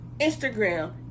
instagram